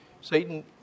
Satan